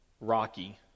Rocky